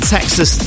Texas